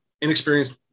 inexperienced